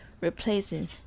replacing